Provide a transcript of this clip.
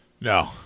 No